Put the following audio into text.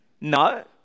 No